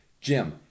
Jim